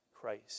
Christ